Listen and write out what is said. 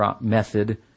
method